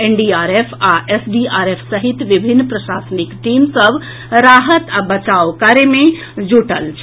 NDRF आ SDRF सहित विभिन्न प्रशासनिक टीम राहत आ बचाव कार्य मे जुटल अछि